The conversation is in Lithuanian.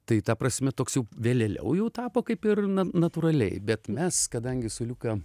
tai ta prasme toks jau vėlėliau jau tapo kaip ir na natūraliai bet mes kadangi su liuka